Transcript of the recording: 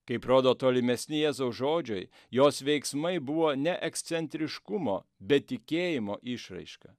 kaip rodo tolimesni jėzaus žodžiai jos veiksmai buvo ne ekscentriškumo bet tikėjimo išraiška